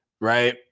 right